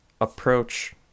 Approach